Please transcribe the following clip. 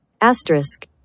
Asterisk